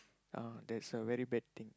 uh that's a very bad thing